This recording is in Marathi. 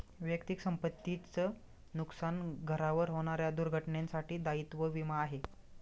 वैयक्तिक संपत्ती च नुकसान, घरावर होणाऱ्या दुर्घटनेंसाठी दायित्व विमा आहे